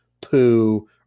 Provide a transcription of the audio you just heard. poo